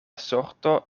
sorto